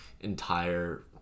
entire